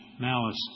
malice